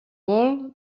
vol